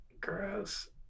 Gross